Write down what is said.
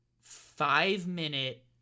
five-minute